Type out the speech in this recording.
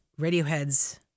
Radiohead's